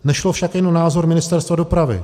Nešlo však jen o názor Ministerstva dopravy.